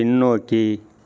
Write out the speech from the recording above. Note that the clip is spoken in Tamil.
பின்னோக்கி